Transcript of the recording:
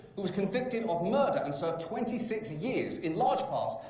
who was convicted of murder and served twenty six years, in large part,